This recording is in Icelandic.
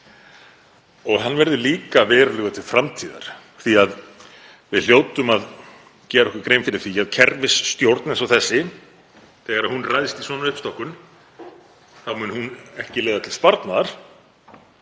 og hann verði líka verulegur til framtíðar, því að við hljótum að gera okkur grein fyrir því að kerfisstjórn eins og þessi, þegar hún ræðst í svona uppstokkun, mun ekki leiða til sparnaðar.